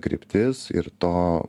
kryptis ir to